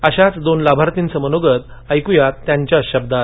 अशाच दोन लाभार्थींचं मनोगत ऐकूया त्यांच्याच शब्दांत